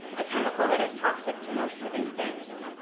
a chemical that is toxic to most living things.